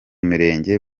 mirenge